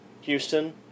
Houston